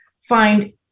find